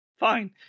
Fine